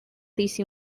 these